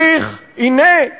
הנה,